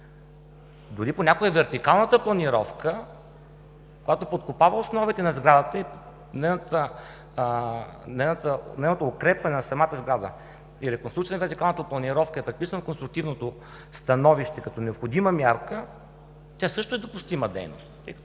Дори понякога и вертикалната планировка, когато подкопава основите на сградата и укрепването на самата сграда и реконструкцията на вертикалната планировка е предписано в конструктивното становище като необходима мярка, тя също е допустима дейност,